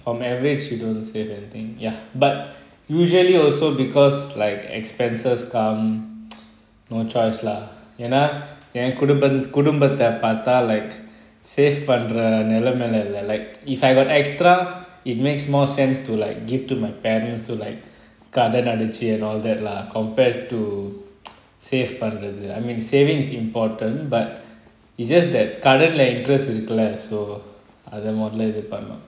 from average you don't save anything ya but usually also because like expenses come no choice lah என்ன எனக்குடா குடும்பத்தை பாத:enna enakuda kudmbatha paatha like save பண்ற நெலமைல இல்ல:panra nelamaila illa like if I got extra it makes more sense to like give to my parents to like கடன் அடச்சீ:kadan adachi and all that lah compared to save பண்றது:panrathu I mean saving is important but it's just that கடன்ல:kadanla interest இருக்குல்ல அத மோதலை இது பண்ணனும்:irukula atha mothala ithu pannanum